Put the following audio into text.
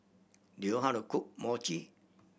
do you how to cook Mochi